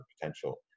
potential